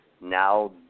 now